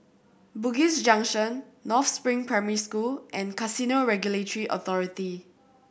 Bugis Junction North Spring Primary School and Casino Regulatory Authority